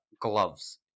gloves